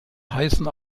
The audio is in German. heißen